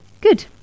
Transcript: Good